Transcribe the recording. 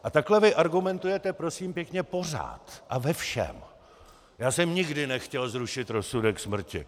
A takhle vy argumentujete, prosím pěkně, pořád a ve všem: Já jsem nikdy nechtěl zrušit rozsudek smrti.